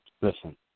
Listen